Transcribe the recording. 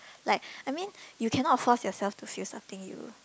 like I mean you cannot force yourself to feel something you